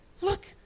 look